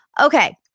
Okay